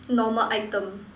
normal item